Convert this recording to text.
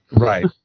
right